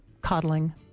coddling